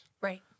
Right